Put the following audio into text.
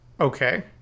Okay